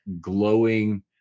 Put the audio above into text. glowing